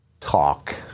talk